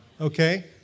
Okay